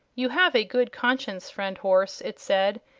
you have a good conscience, friend horse, it said,